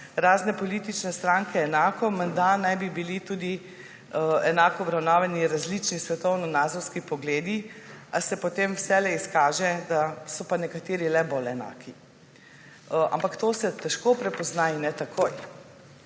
razne politične stranke enako, menda naj bi bili enako obravnavani tudi različni svetovnonazorski pogledi, a se potem vselej izkaže, da so pa nekateri le bolj enaki, ampak to se težko prepozna in ne takoj.